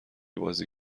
بازی